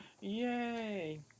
Yay